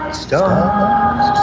stars